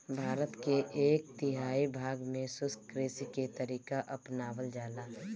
भारत के एक तिहाई भाग में शुष्क कृषि के तरीका अपनावल जाला